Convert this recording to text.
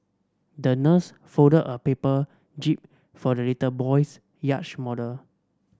the nurse folded a paper jib for the little boy's yacht model